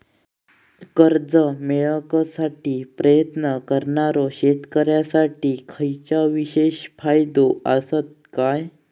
कर्जा मेळाकसाठी प्रयत्न करणारो शेतकऱ्यांसाठी खयच्या विशेष फायदो असात काय?